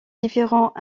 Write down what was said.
différents